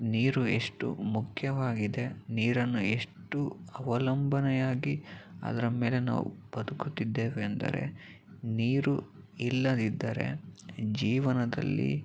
ನೀರು ಎಷ್ಟು ಮುಖ್ಯವಾಗಿದೆ ನೀರನ್ನು ಎಷ್ಟು ಅವಲಂಬನೆಯಾಗಿ ಅದರ ಮೇಲೆ ನಾವು ಬದುಕುತ್ತಿದ್ದೇವೆಂದರೆ ನೀರು ಇಲ್ಲದಿದ್ದರೆ ಜೀವನದಲ್ಲಿ